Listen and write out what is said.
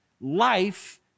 Life